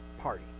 party